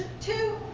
two